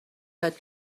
یاد